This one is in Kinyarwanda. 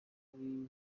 muri